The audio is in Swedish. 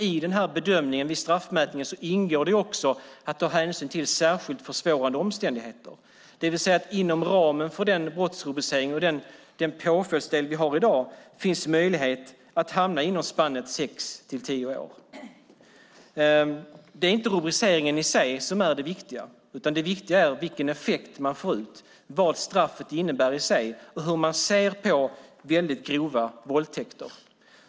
I bedömningen vid straffmätningen ingår också att man ska ta hänsyn till särskilt försvårande omständigheter, det vill säga att det inom ramen för den brottsrubricering och den påföljdsdel vi har i dag finns möjlighet att hamna inom spannet sex till tio år. Det är inte rubriceringen i sig som är det viktiga, utan det viktiga är vilken effekt man får ut, vad straffet innebär i sig och hur man ser på väldigt grova våldtäkter.